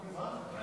להעביר